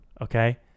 Okay